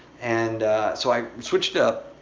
and so i switched up,